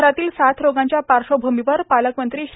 शहरातील साथ रोगांच्या पाश्वभूमीवर पालकमंत्री श्री